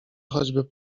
choćby